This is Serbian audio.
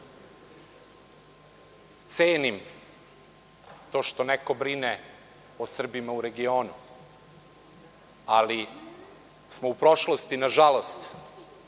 svetu. Cenim to što neko brine o Srbima u regionu, ali smo u prošlosti, nažalost,